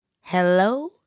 Hello